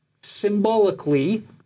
symbolically